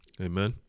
Amen